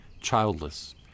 childless